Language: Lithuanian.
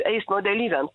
eismo dalyviam